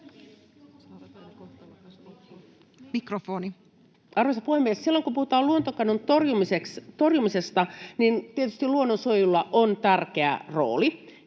Content: Arvoisa puhemies! Silloin kun puhutaan luontokadon torjumisesta, niin tietysti luonnonsuojelulla on tärkeä rooli.